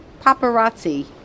paparazzi